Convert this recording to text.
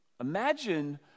Imagine